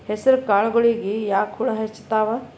ಹೆಸರ ಕಾಳುಗಳಿಗಿ ಯಾಕ ಹುಳ ಹೆಚ್ಚಾತವ?